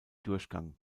durchgang